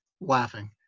laughing